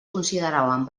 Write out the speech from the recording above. consideraven